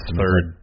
third